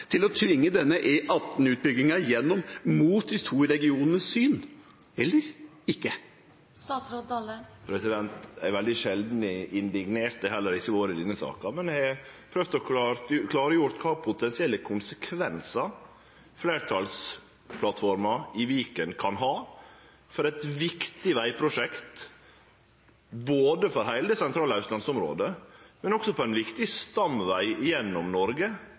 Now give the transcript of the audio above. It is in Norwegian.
til å tvinge gjennom denne E18-utbygginga mot de to regionenes syn, eller ikke? Det er veldig sjeldan eg er indignert, og det har eg heller ikkje vore i denne saka. Men eg har prøvd å klargjere kva potensielle konsekvensar fleirtalsplattforma i Viken kan ha for eit viktig vegprosjekt – både for heile det sentrale austlandsområdet, og også for ein viktig stamveg gjennom Noreg,